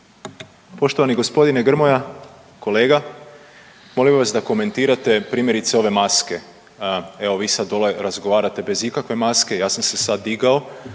Poštovani gospodine Grmoja, kolega molim vas da komentirate primjerice ove maske. Evo vi sad dole razgovarate bez ikakve maske, ja sam se sad digao,